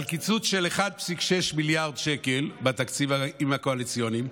על קיצוץ של 1.6 מיליארד שקל בתקציבים הקואליציוניים,